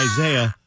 Isaiah